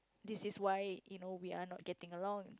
this is why you know we are not getting along